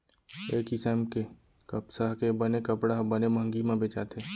ए किसम के कपसा के बने कपड़ा ह बने मंहगी म बेचाथे